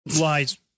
Lies